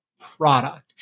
product